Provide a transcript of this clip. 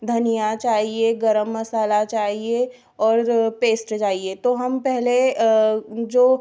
धनिया चाहिए गर्म मसाला चाहिए और पेस्ट चाहिए तो हम पहले जो